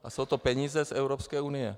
A jsou to peníze z Evropské unie.